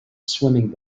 swimming